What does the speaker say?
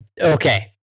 Okay